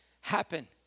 happen